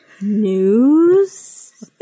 news